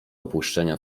opuszczenia